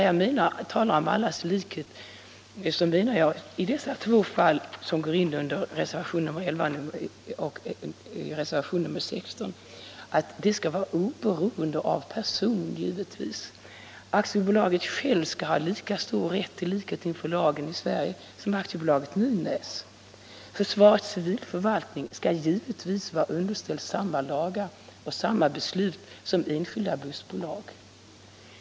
Jag menar givetvis att de två fall som behandlas i reservationerna 11 och 16 skall vara oberoende av person; Aktiebolaget Shell skall ha lika stor rätt till likhet inför lagen i Sverige som Aktiebolaget Nynäs Petroleum och försvarets civilförvaltning skall givetvis vara underställd samma lagar och samma beslut som enskilda bussbolag.